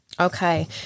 Okay